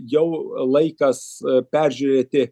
jau laikas peržiūrėti